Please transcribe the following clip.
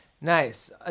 Nice